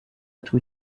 être